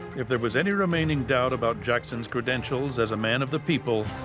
if there was any remaining doubt about jackson's credentials as a man of the people,